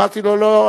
אמרתי לו: לא.